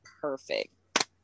perfect